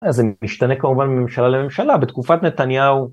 אז זה משתנה כמובן מממשלה לממשלה, בתקופת נתניהו...